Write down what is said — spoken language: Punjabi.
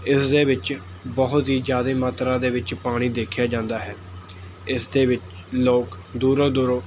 ਇਸਦੇ ਵਿੱਚ ਬਹੁਤ ਹੀ ਜ਼ਿਆਦੇ ਮਾਤਰਾ ਦੇ ਵਿੱਚ ਪਾਣੀ ਦੇਖਿਆ ਜਾਂਦਾ ਹੈ ਇਸ ਦੇ ਵਿੱਚ ਲੋਕ ਦੂਰੋਂ ਦੂਰੋਂ